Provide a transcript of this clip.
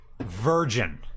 Virgin